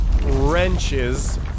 wrenches